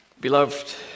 Beloved